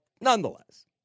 nonetheless